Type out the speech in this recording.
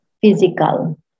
physical